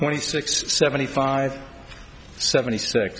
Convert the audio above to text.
twenty six seventy five seventy